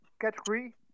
category